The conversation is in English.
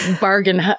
bargain